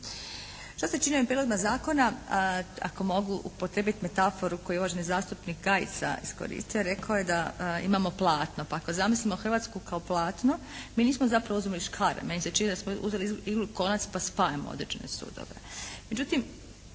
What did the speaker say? Što se čini ovim prijedlozima zakona ako mogu upotrijebiti metaforu koju je uvaženi zastupnik Gajica iskoristio rekao je da imamo platno. Pa ako zamislimo Hrvatsku kao platno mi nismo zapravo uzimali škare, meni se čini da smo uzeli iglu i konac pa spajamo određene sudove. Međutim,